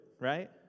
right